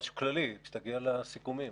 משהו כללי כשתגיע לסיכומים.